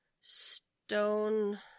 Stone